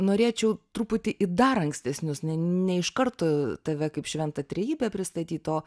norėčiau truputį į dar ankstesnius ne ne iš karto tave kaip šventą trejybę pristatyt o